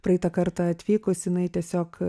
praeitą kartą atvykus jinai tiesiog